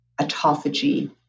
autophagy